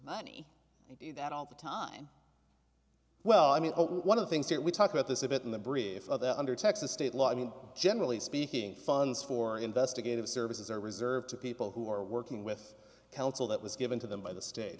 money and that all the time well i mean one of the things that we talk about this a bit in the brief of the under texas state law i mean generally speaking funds for investigative services are reserved to people who are working with counsel that was given to them by the state